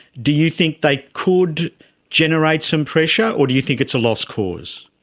do you think they could generate some pressure or do you think it's a lost cause?